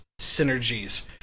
synergies